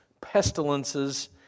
pestilences